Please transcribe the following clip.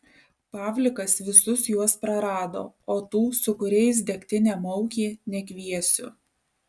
pavlikas visus juos prarado o tų su kuriais degtinę maukė nekviesiu